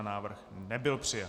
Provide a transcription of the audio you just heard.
Návrh nebyl přijat.